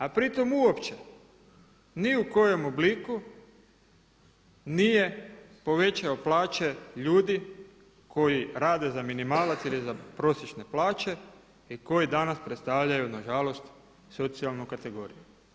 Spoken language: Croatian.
A pritom uopće ni u kojem obliku nije povećao plaće ljudi koji rade za minimalac ili za prosječne plaće i koji danas predstavljaju na žalost socijalnu kategoriju.